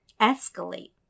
escalate